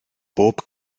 bob